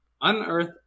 Unearth